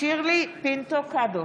שירלי פינטו קדוש,